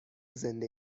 زنده